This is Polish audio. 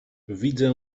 widzę